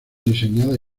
diseñadas